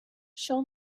show